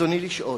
רצוני לשאול: